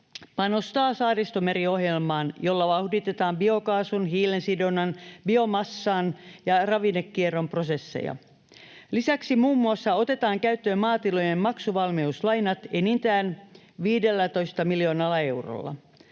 panostaa Saaristomeri-ohjelmaan, jolla vauhditetaan biokaasun, hiilensidonnan, biomassan ja ravinnekierron prosesseja. Lisäksi muun muassa otetaan käyttöön maatilojen maksuvalmiuslainat enintään 15 miljoonalla eurolla.